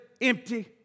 empty